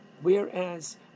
whereas